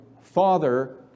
Father